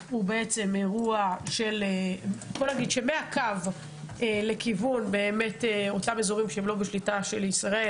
אירוע מהקו לכיוון אותם אזורים שהם לא בשליטה של ישראל,